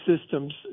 systems